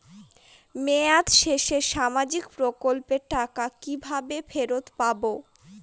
মেয়াদ শেষে সামাজিক প্রকল্পের টাকা কিভাবে ফেরত পাবো?